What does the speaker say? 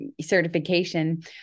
certification